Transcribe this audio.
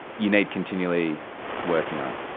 you need continually working on.